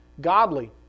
godly